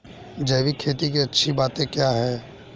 जैविक खेती की अच्छी बातें क्या हैं?